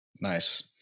Nice